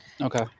Okay